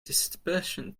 dispersion